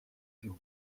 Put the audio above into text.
più